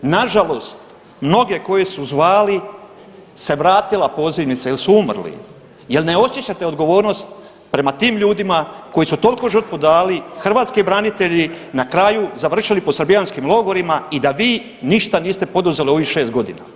Nažalost mnoge koje su zvali se vratila pozivnica jel su umrli, jel ne osjećate odgovornost prema tim ljudima koji su toliku žrtvu dali, hrvatski branitelji na kraju završili po srbijanskim logorima i da vi ništa niste poduzeli u ovih 6.g.